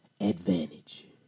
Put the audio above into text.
advantage